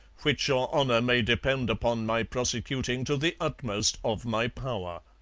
which your honour may depend upon my prosecuting to the utmost of my power